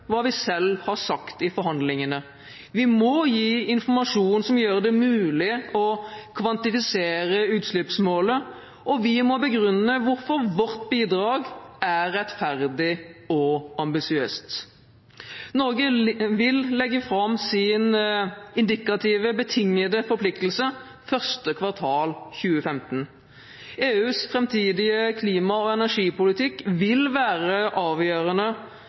vi selv har sagt i forhandlingene. Vi må gi informasjon som gjør det mulig å kvantifisere utslippsmålet, og vi må begrunne hvorfor vårt bidrag er rettferdig og ambisiøst. Norge vil legge fram sin indikative betingete forpliktelse første kvartal 2015. EUs framtidige klima- og energipolitikk vil være avgjørende